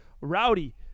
Rowdy